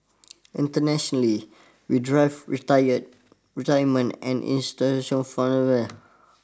internationally with drive retired retirement and institutions and